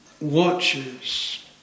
watches